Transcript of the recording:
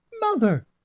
Mother